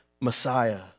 Messiah